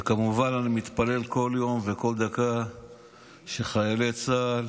וכמובן, אני מתפלל בכל יום ובכל דקה שחיילי צה"ל